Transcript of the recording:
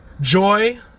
joy